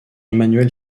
emmanuel